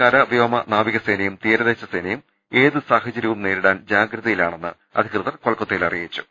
കര വ്യോമ നാവികസേനയും തീരദേശ സേനയും ഏത് സാഹചര്യവും നേരിടാൻ ജാഗ്രതയിലാണെന്ന് അധികൃ തർ കൊൽക്കത്തയിൽ അറിയിച്ചു